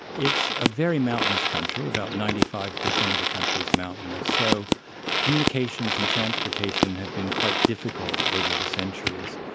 it's a very mountainous country about ninety five percent of the country is mountainous. so communications and transportation have been quite difficult over the centuries,